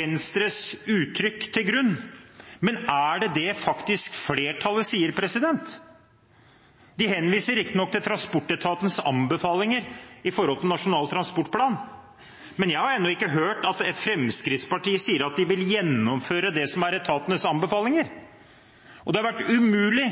Venstres uttrykk til grunn. Men er det det flertallet faktisk sier? De henviser riktignok til transportetatenes anbefalinger når det gjelder Nasjonal transportplan, men jeg har ennå ikke hørt at Fremskrittspartiet sier at de vil gjennomføre det som er etatenes anbefalinger. Det har vært umulig